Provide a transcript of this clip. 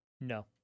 No